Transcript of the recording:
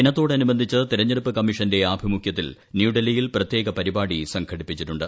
ദിനത്തോടനുബന്ധിച്ച് തെരഞ്ഞെടുപ്പ് കമ്മീഷന്റെ ആഭിമുഖ്യത്തിൽ ന്യൂഡൽഹിയിൽ പ്രത്യേക പരിപാടി സംഘടിപ്പിച്ചിട്ടുണ്ട്